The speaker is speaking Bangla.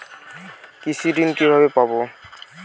কৃষি ঋন কিভাবে পাব?